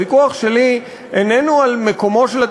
הוויכוח שלי איננו על מקומו של,